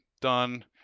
done